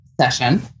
session